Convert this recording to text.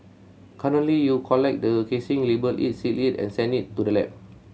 currently you collect the casing label it seal it and send it to the lab